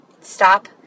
Stop